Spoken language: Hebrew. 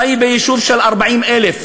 טייבה, יישוב של 40,000,